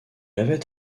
avait